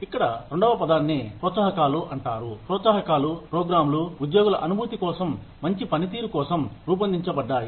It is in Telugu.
ఇక్కడ రెండవ పదాన్ని ప్రోత్సాహకాలు అంటారు ప్రోత్సాహకాలు ప్రోగ్రాంలు ఉద్యోగుల అనుభూతి కోసం మంచి పనితీరు కోసం రూపొందించబడ్డాయి